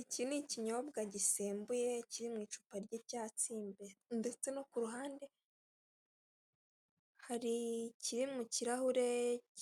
Iki ni ikinyobwa gisembuye kiri mu icupa ry'icyatsi ndetse no ku ruhande hari ikiri mu kirahure